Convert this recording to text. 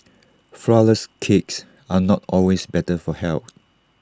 Flourless Cakes are not always better for health